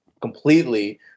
completely